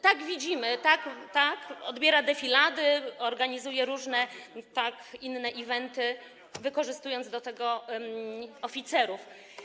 Tak, widzimy, tak, odbiera defilady, organizuje różne inne eventy, wykorzystując do tego oficerów.